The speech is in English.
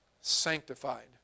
Sanctified